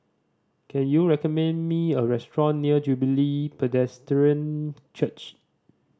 can you recommend me a restaurant near Jubilee Presbyterian Church